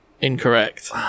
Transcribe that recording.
Incorrect